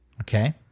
Okay